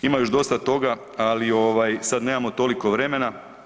Ima još dosta toga, ali sad nemamo toliko vremena.